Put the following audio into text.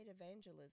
evangelism